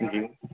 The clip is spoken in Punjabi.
ਜੀ